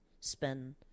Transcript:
spend